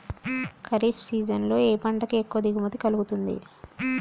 Kharif season లో ఏ పంట కి ఎక్కువ దిగుమతి కలుగుతుంది?